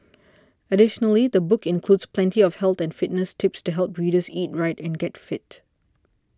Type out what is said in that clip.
additionally the book includes plenty of health and fitness tips to help readers eat right and get fit